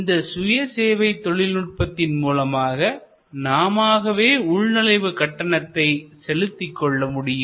இந்த சுயசேவை தொழில்நுட்பத்தின் மூலமாக நாமாகவே உள்நுழைவு கட்டணத்தை செலுத்திக் கொள்ள முடியும்